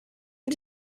wie